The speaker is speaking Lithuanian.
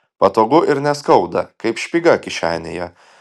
patogu ir neskauda kaip špyga kišenėje